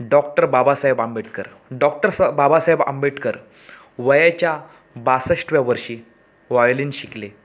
doctor Babasaheb Ambedkar doctor स बाबासाहेब आंबेडकर वयाच्या बासष्टव्या वर्षी वॉयलिन शिकले